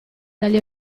dagli